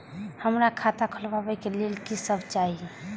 हमरा खाता खोलावे के लेल की सब चाही?